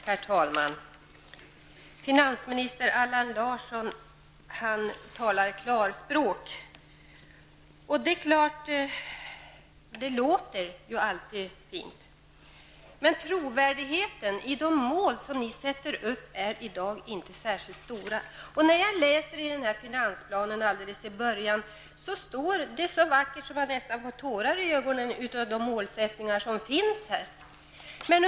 Herr talman! Finansminister Allan Larsson talar klarspråk, och det låter ju alltid fint. Men trovärdigheten för de mål som ni sätter upp är i dag inte särskilt stor. När jag läser om de vackra målsättningar som ni redogör för alldeles i början av finansplanen får jag nästan tårar i ögonen.